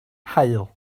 haul